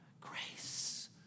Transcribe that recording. grace